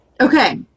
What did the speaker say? Okay